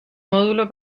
módulo